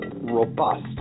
robust